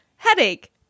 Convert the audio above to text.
Headache